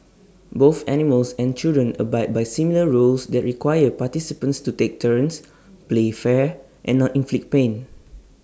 both animals and children abide by similar rules that require participants to take turns play fair and not inflict pain